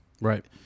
Right